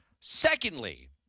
Secondly